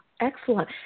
excellent